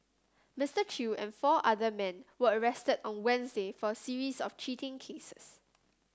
Mister Chew and four other men were arrested on Wednesday for a series of cheating cases